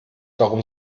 darum